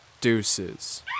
deuces